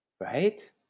Right